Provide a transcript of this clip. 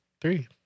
three